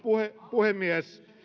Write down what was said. puhemies